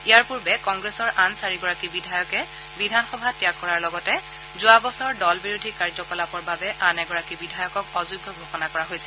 ইয়াৰ পূৰ্বে কংগ্ৰেছৰ আন চাৰিগৰাকী বিধায়কে বিধানসভা ত্যাগ কৰাৰ লগতে যোৱা বছৰ দলবিৰোধী কাৰ্যকলাপৰ বাবে আন এগৰাকী বিধায়কক অযোগ্য ঘোষণা কৰা হৈছিল